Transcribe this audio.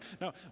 Now